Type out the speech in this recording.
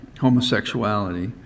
homosexuality